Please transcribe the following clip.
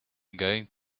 going